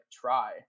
try